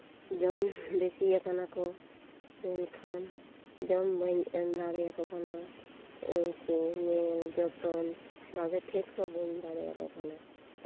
ᱡᱚᱢ ᱵᱮᱥᱤᱭᱟᱠᱟᱱᱟᱠᱚ ᱢᱮᱱᱠᱷᱟᱱ ᱡᱚᱢ ᱵᱟᱹᱧ ᱮᱢ ᱫᱟᱲᱮ ᱟᱠᱚ ᱠᱟᱱᱟ ᱩᱱᱠᱩ ᱧᱮᱞ ᱡᱚᱛᱚᱱ ᱵᱷᱟᱜᱮ ᱴᱷᱤᱠ ᱦᱚᱸ ᱵᱟᱹᱧ ᱫᱟᱲᱮᱭᱟᱠᱚ ᱠᱟᱱᱟ